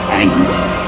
anger